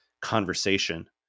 conversation